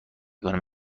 کنم